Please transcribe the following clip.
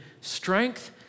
strength